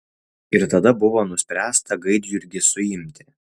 ir tada buvo nuspręsta gaidjurgį suimti